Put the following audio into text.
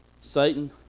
Satan